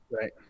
right